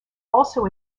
also